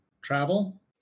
travel